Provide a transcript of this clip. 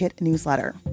newsletter